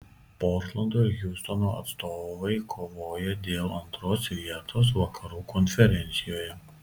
portlando ir hjustono atstovai kovoja dėl antros vietos vakarų konferencijoje